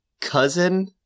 cousin